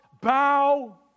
bow